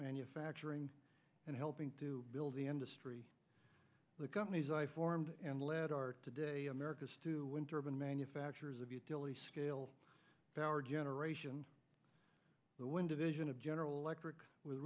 manufacturing and helping to build the industry the companies i formed and led are today america's two winter been manufacturers of utility scale power generation the wind division of general electric with